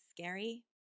scary